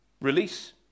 Release